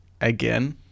again